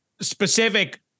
specific